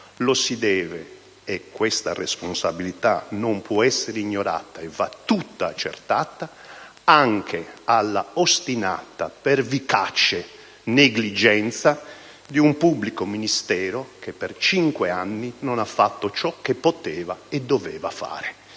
lo si deve - e questa responsabilità non può essere ignorata e va tutta accertata - anche alla ostinata, pervicace negligenza di un pubblico ministero che per cinque anni non ha fatto ciò che poteva e doveva.